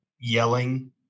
Yelling